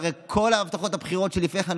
הרי כל הבטחות הבחירות שלפני כן,